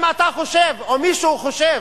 אם אתה חושב, או מישהו חושב,